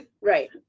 Right